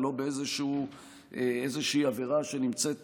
ולא באיזושהי עבירה שנמצאת